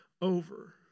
over